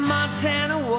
Montana